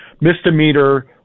misdemeanor